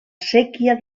séquia